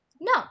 No